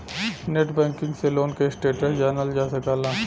net banking से loan क status जानल जा सकला